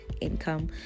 income